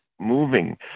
moving